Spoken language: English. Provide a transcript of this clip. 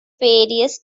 various